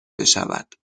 بشود